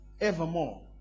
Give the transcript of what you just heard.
evermore